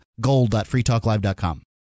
gold.freetalklive.com